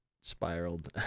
spiraled